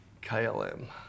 KLM